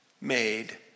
made